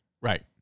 right